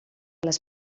les